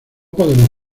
podemos